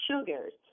sugars